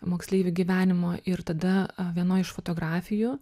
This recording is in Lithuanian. moksleivių gyvenimo ir tada vienoj iš fotografijų